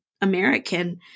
American